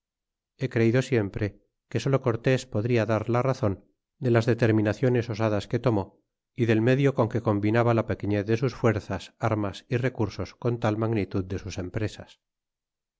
he creido siempre que solo cortes podria dar la razon de las detersageros comenzamos á caminar para méxico y como nos habian dicho y avisado los de guaminaciones osadas que tomó y del medio con que combinaba la pequdíez de sus fuerzas armas y recursos con la magnitud de sus empresas